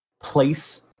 place